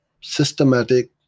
systematic